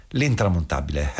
l'intramontabile